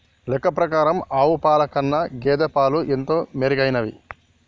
లెక్క ప్రకారం ఆవు పాల కన్నా గేదె పాలు ఎంతో మెరుగైనవి